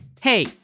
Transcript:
Hey